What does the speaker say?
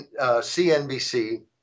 CNBC